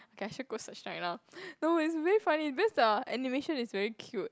okay I should go search right now no it's very funny because the animation is very cute